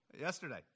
Yesterday